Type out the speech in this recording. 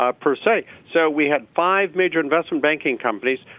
ah per se so we had five major investment banking companies